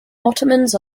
ottomans